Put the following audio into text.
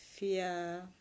Fear